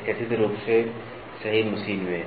एक कथित रूप से सही मशीन में